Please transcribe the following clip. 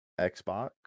Xbox